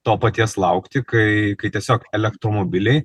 to paties laukti kai kai tiesiog elektromobiliai